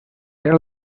era